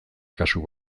kasu